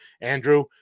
Andrew